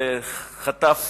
חטף